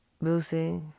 Lucy